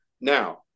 Now